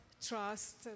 trust